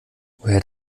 woher